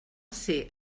ser